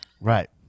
Right